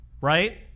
right